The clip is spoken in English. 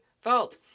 fault